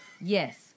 Yes